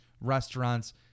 restaurants